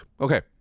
Okay